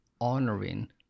honoring